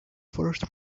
first